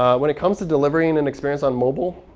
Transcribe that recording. when it comes to delivering an experience on mobile,